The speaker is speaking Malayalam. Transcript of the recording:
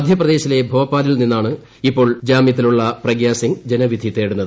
മധ്യപ്രദേശിലെ ഭോപ്പാലിൽ നിന്നാണ് ഇപ്പോൾ ജാമ്യത്തിലുള്ള പ്രഗ്യാസിംഗ് ജനവിധി തേടുന്നത്